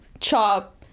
chop